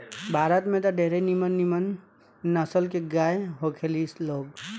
भारत में त ढेरे निमन निमन नसल के गाय होखे ली लोग